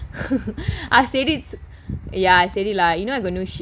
I said it's ya I said it lah you know I got no I got no